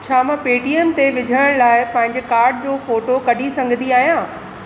छा मां पेटीएम ते विझण लाइ पंहिंजे कार्ड जो फोटो कढी सघंदी आहियां